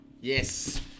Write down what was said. Yes